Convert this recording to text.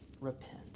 repent